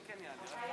כן.